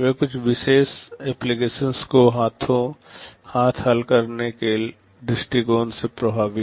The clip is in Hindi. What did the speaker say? वे कुछ विशेष एप्लीकेशन को हांथो हाँथ हल करने के दृष्टिकोण से प्रभावी हैं